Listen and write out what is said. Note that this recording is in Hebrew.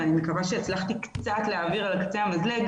ואני מקווה שהצלחתי להעביר על קצה המזלג